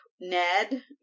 Ned